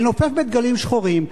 לנופף בדגלים שחורים,